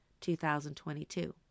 2022